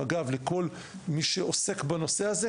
למג״ב ולכל מי שעוסק בנושא הזה,